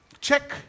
check